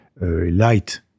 light